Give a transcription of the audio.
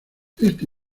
esta